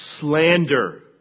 slander